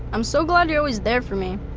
i'm so glad you're always there for me.